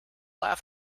laugh